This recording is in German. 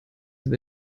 sind